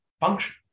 function